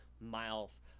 Miles